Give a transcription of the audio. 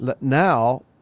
Now